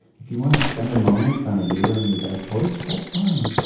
if you want to spend a moment on a beer on your back porch, that's fine,